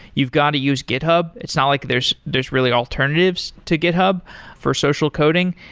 you've got to use github, it's not like there's there's really alternatives to github for social coding.